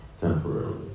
temporarily